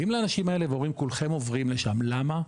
באים לאנשים האלה ואומרים כולכם עוברים לשם, למה?